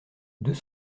deux